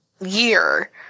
year